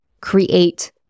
create